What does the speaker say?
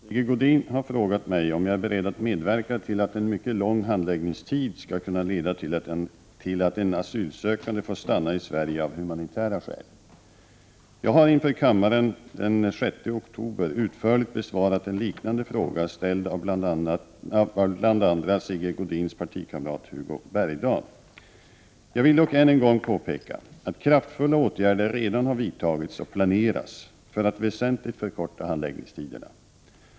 Herr talman! Sigge Godin har frågat mig om jag är beredd att medverka till att en mycket lång handläggningstid skall kunna leda till att en asylsökande får stanna i Sverige av humanitära skäl. Jag har inför kammaren den 6 oktober utförligt besvarat en liknande fråga ställd av bl.a. Sigge Godins partikamrat Hugo Bergdahl. Jag vill dock än en gång påpeka att kraftfulla åtgärder redan har vidtagits och planeras för att väsentligt förkorta handläggningstiderna.